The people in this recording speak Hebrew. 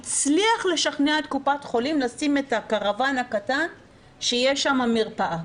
הצליח לשכנע את קופת חולים לשים אם הקרוואן הקטן שתהיה שם מרפאה.